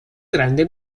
grande